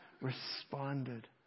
responded